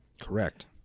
correct